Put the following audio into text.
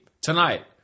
tonight